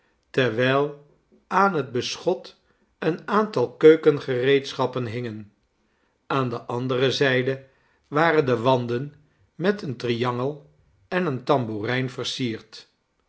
terwijl aan het beschot een aantal keukengereedschappen hingen aan de andere zijde waren de wanden met een triangel en eene tamboerijn versierd